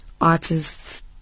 artists